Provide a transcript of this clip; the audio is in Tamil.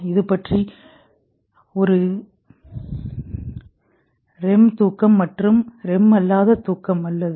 இது பற்றி ஒரு REM தூக்கம் மற்றும் REM அல்லாத தூக்கம் உள்ளது